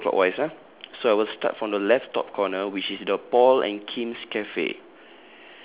okay we go clockwise ah so I will start from the left top corner which is the paul and kim's cafe